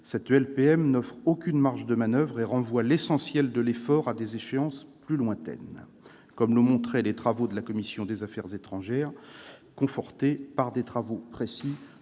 cette LPM n'offre aucune marge de manoeuvre et renvoie l'essentiel de l'effort à des échéances plus lointaines, comme l'ont montré les travaux de la commission des affaires étrangères, de la défense et des forces